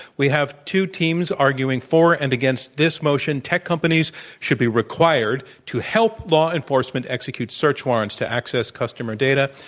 we have two teams arguing for and against this motion tech companies should be required to help law enforcement execute search warrants to access customer data.